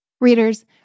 Readers